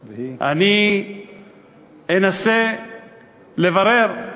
"והיא" אני אנסה לברר.